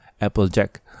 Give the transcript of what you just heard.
Applejack